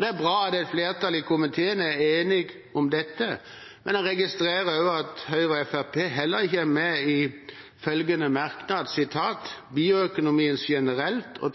Det er bra at et flertall i komiteen er enig om dette, men jeg registrerer også at Høyre og Fremskrittspartiet heller ikke er med i merknaden der det heter: bioøkonomien generelt og